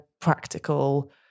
practical